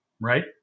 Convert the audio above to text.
right